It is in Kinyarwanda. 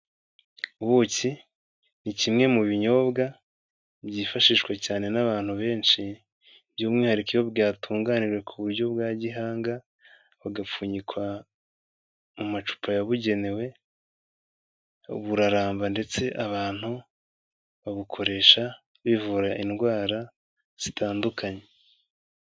Ubuki ni kimwe mu binyobwa byifashishwa cyane n'abantu benshi by'umwihariko iyo bwatunganiwe ku buryo bwa gihanga, bagapfunyikwa mu macupa yabugenewe, buraramba ndetse abantu babukoresha bivura indwara zitandukanye.